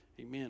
amen